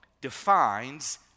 defines